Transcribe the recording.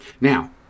Now